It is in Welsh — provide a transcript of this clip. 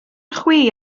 chwi